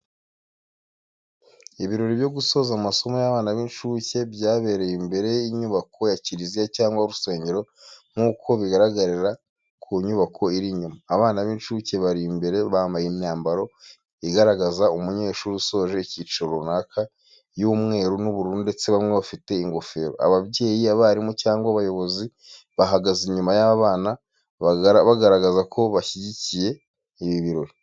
Ibirori byo gusoza amasomo y'abana b'inshuke byabereye imbere y’inyubako ya kiriziya cyangwa urusengero, nk'uko bigaragarira ku nyubako iri inyuma. Abana b’inshuke bari imbere bambaye imyambaro igaragaza umunyeshuri usoje icyiciro runaka, y’umweru n’ubururu, ndetse bamwe bafite ingofero. Ababyeyi, abarimu cyangwa abayobozi bahagaze inyuma y'aba bana, bagaragaza ko bashyigikiye ibi birori.